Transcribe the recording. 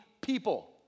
people